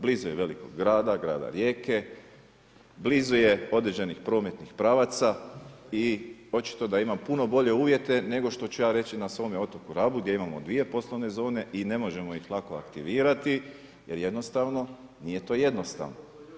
Blizu je velikog grada, grada Rijeke, blizu je određenih prometnih pravaca i očito da ima puno bolje uvjete nego što ću ja reći na svome otoku Rabu gdje imamo dvije poslovne zone i ne možemo ih lako aktivirati jer jednostavno nije to jednostavno.